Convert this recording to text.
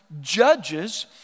judges